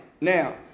now